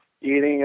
eating